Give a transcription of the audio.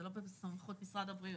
זה לא בסמכות משרד הבריאות.